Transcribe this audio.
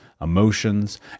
emotions